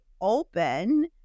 open